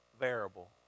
variable